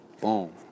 boom